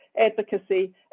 advocacy